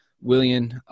William